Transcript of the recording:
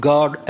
God